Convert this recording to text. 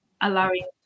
allowing